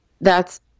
thats